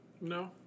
No